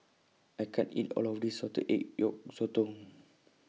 I can't eat All of This Salted Egg Yolk Sotong